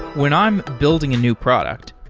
when i'm building a new product,